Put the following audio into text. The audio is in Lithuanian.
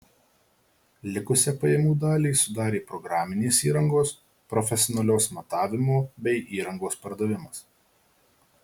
likusią pajamų dalį sudarė programinės įrangos profesionalios matavimo bei įrangos pardavimas